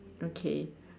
okay